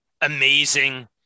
amazing